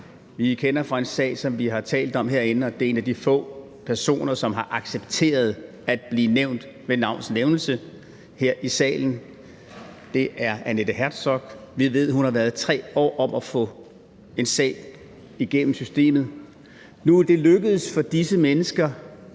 Vi kender til en sag, som vi har talt om herinde, og det er en af de få personer, som har accepteret at blive nævnt ved navns nævnelse her i salen, og det er Annette Herzog. Vi ved, at hun har været 3 år om at få en sag igennem systemet. Nu er det lykkedes for disse mennesker,